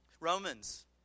Romans